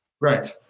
Right